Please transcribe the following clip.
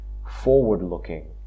forward-looking